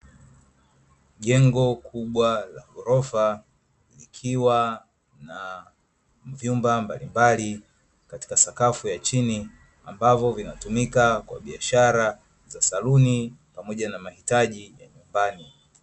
Jengo kubwa la ghorofa likiwa na vyumba mbalimbali katika sakafu ya chini, ambavyo vinatumika kwenye biashara za saluni pamoja na mahitaji ya nyumbani.